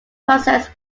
process